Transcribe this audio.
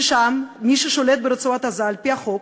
ששם מי ששולט ברצועת-עזה על-פי החוק,